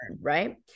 right